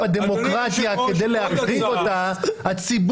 להחליף בכל רגע נתון את מי שעומד בראשות הממשלה.